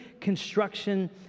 construction